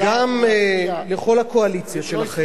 וגם לכל הקואליציה שלכם,